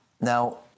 Now